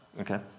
Okay